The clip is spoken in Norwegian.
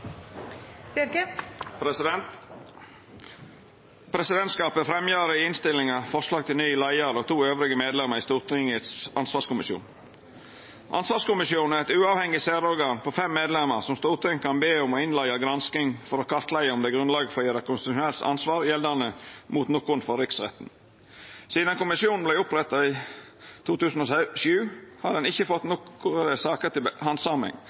om ordet. Presidentskapet fremjar i innstillinga forslag til ny leiar og to andre medlemer i Stortingets ansvarskommisjon. Ansvarskommisjonen er eit uavhengig særorgan på fem medlemer som Stortinget kan be om å innleia gransking for å kartleggja om det er grunnlag for å gjera konstitusjonelt ansvar gjeldande mot nokon for riksretten. Sidan kommisjonen vart oppretta i 2007, har han ikkje fått nokon saker til handsaming,